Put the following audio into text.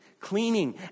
cleaning